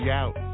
out